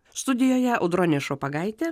studijoje bronė šopagaitė